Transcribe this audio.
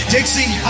Dixie